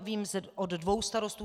Vím to od dvou starostů.